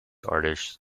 artist